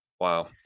Wow